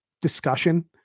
discussion